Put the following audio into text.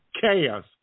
Chaos